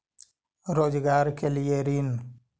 रोजगार के लिए ऋण?